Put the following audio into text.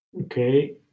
Okay